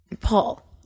Paul